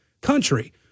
country